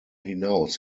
hinaus